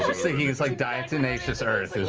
like diatomaceous earth.